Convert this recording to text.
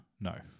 No